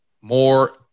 more